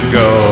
go